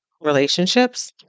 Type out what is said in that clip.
relationships